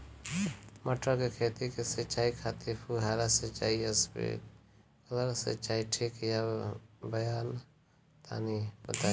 मटर के खेती के सिचाई खातिर फुहारा सिंचाई या स्प्रिंकलर सिंचाई ठीक बा या ना तनि बताई?